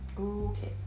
Okay